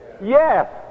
Yes